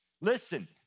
Listen